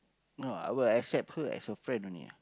no I would accept her as a friend only